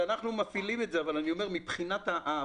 אנחנו מפעילים את זה אבל אני אומר שמבחינת הביצוע,